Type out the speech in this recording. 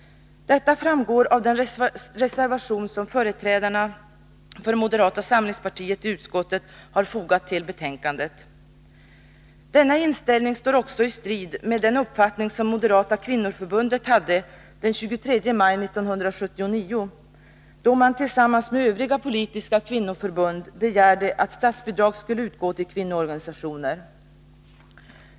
Detta framgår av den reservation som företrädarna för moderata samlingspartiet i utskottet har fogat till betänkandet. Denna inställning står i strid med den uppfattning som moderata kvinnoförbundet hade den 23 maj 1979, då man tillsammans med övriga politiska kvinnoförbund begärde att statsbidrag skulle utgå till kvinnoorganisationer.